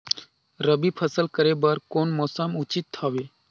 रबी फसल करे बर कोन मौसम उचित हवे?